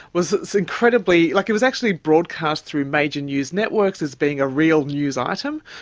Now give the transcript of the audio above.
was this incredibly, like, it was actually broadcast through major news networks as being a real news item,